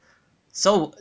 so